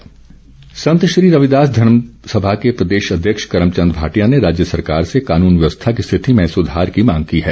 धर्मसभा संत श्री रविदास धर्मसभा के प्रदेश अध्यक्ष कर्मचंद भाटिया ने राज्य सरकार से कानुन व्यवस्था की स्थिति में सुधार की मांग की है